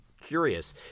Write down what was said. curious